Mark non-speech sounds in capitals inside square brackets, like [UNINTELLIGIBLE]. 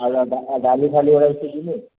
ଆଉ ଡାଲି ଫାଲି [UNINTELLIGIBLE] ଯିବେ